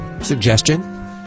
suggestion